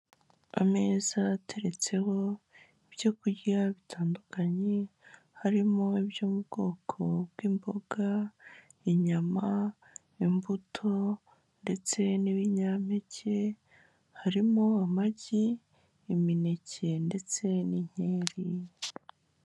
Ameza ateretseho ibyokurya bitandukanye, harimo ibyo mu bwoko bw'imboga, inyama, imbuto ndetse n'ibinyampeke, harimo amagi, imineke ndetse n'inyeri.